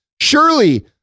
Surely